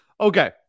Okay